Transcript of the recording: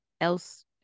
else